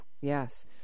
Yes